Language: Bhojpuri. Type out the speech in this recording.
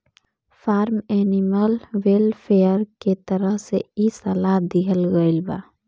फार्म एनिमल वेलफेयर के तरफ से इ सलाह दीहल गईल बा